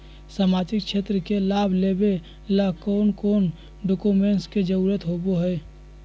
सामाजिक क्षेत्र के लाभ लेबे ला कौन कौन डाक्यूमेंट्स के जरुरत होबो होई?